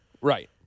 Right